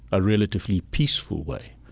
a relatively peaceful way.